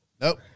Nope